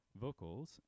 vocals